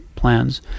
plans